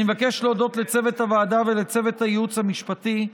אני מבקש להודות לצוות הוועדה ולצוות הייעוץ המשפטי,